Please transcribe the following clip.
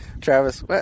Travis